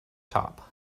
top